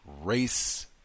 race